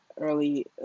early